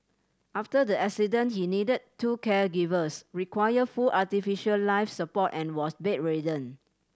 after the accident he needed two caregivers required full artificial life support and was bedridden